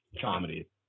comedy